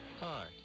Hi